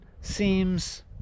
seems